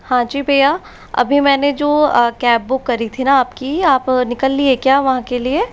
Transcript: हाँ जी भईया अभी मैंने जो कैब बुक करी थी ना आपकी तो आप निकल लिए क्या वहाँ के लिए